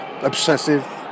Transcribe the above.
obsessive